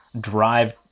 drive